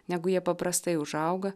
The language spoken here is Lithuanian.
negu jie paprastai užauga